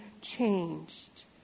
changed